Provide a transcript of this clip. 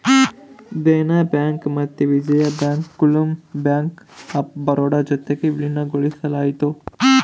Dena bank ಮತ್ತೆ Vijaya bank ಗುಳ್ನ bank of Baroda ಜೊತಿಗೆ ವಿಲೀನಗೊಳಿಸಲಾಯಿತು